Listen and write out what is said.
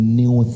new